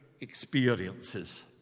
experiences